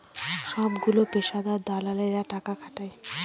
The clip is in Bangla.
সবগুলো পেশাদার দালালেরা টাকা খাটায়